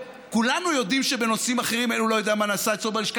וכולנו יודעים שבנושאים אחרים הוא לא יודע מה נעשה אצלו בלשכה,